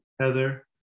heather